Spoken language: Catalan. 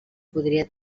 podria